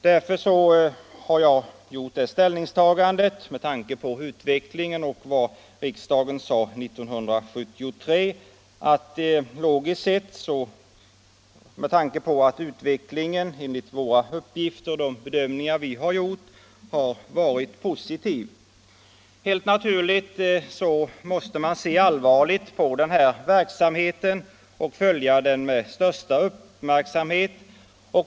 Därför har jag anslutit mig till majoritetens uppfattning. Helt naturligt måste man se allvarligt på den här verksamheten och följa den med största uppmärksamhet.